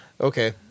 okay